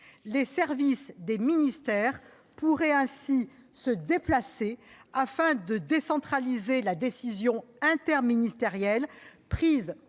Les services des ministères pourraient ainsi se déplacer afin de décentraliser la décision interministérielle prise